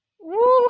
Woo